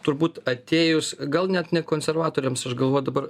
turbūt atėjus gal net ne konservatoriams aš galvoju dabar